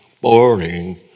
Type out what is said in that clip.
Boring